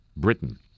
Britain